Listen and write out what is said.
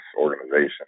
organization